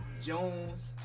Jones